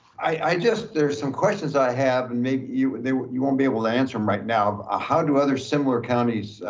i just, there's some questions i have, and maybe you you won't be able to answer them right now. ah how do other similar counties,